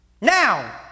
Now